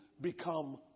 Become